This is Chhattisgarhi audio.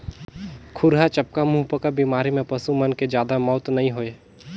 खुरहा चपका, मुहंपका बेमारी में पसू मन के जादा मउत नइ होय